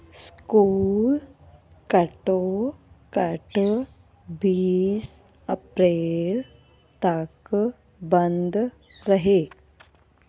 school ਘੱਟੋ ਘੱਟ ਬੀਸ ਅਪ੍ਰੈਲ ਤੱਕ ਬੰਦ ਰਹੇ